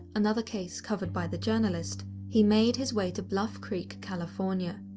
another case covered by the journalist, he made his way to bluff creek, california.